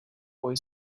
boy